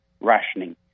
rationing